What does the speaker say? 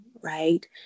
right